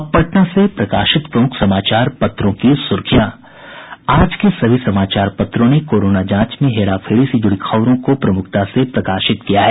अब पटना से प्रकाशित प्रमुख समाचार पत्रों की सुर्खियां आज के सभी समाचार पत्रों ने कोरोना जांच में हेराफेरी से जुड़ी खबरों को प्रमुखता से प्रकाशित किया है